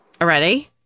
Already